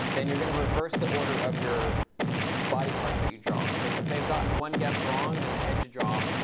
then you're going to reverse the order of your body parts that you draw, because if they've gotten one guess wrong, then the head should draw,